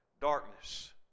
darkness